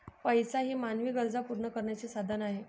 पैसा हे मानवी गरजा पूर्ण करण्याचे साधन आहे